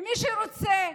ומי שרוצה,